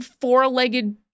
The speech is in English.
four-legged